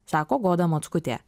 sako goda mockutė